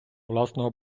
власного